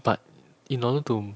but in order to